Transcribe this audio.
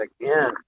again